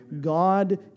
God